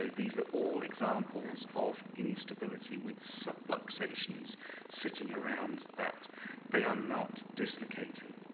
these are all examples of instability with subluxations sitting around that they are not dislocating,